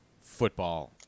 football